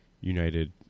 United